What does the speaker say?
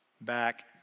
back